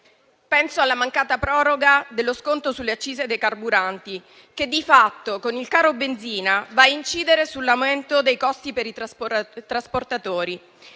Penso alla mancata proroga dello sconto sulle accise dei carburanti, che di fatto con il caro benzina va a incidere sull'aumento dei costi per i trasportatori